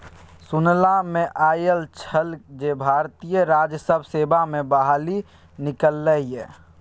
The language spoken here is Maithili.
सुनला मे आयल छल जे भारतीय राजस्व सेवा मे बहाली निकललै ये